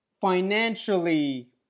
financially